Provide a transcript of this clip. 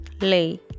lay